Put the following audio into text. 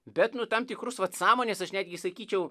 bet nu tam tikrus vat sąmonės aš netgi sakyčiau